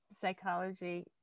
psychology